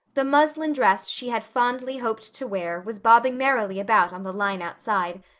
the muslin dress she had fondly hoped to wear was bobbing merrily about on the line outside,